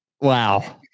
Wow